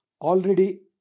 already